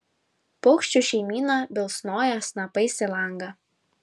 paukščių šeimyna bilsnoja snapais į langą